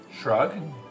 shrug